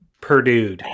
Purdue